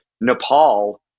Nepal